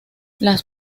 las